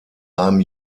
einem